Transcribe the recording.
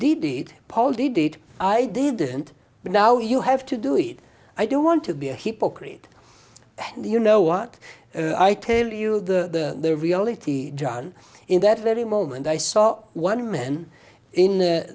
it i didn't but now you have to do it i don't want to be a hypocrite you know what i tell you the reality john in that very moment i saw one man in